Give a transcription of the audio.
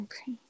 Okay